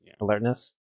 Alertness